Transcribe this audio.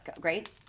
Great